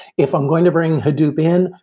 if i'm going to bring hadoop in,